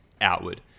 outward